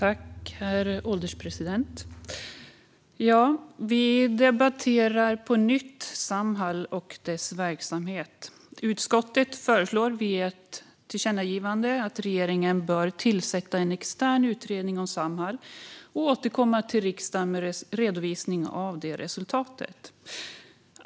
Herr ålderspresident! Vi debatterar nu på nytt Samhall och dess verksamhet. Utskottet föreslår i ett tillkännagivande att regeringen ska tillsätta en extern utredning om Samhall och återkomma till riksdagen med redovisning av det resultatet.